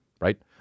right